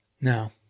No